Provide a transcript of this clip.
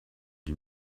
die